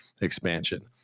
Expansion